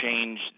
change